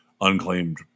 unclaimed